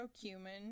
cumin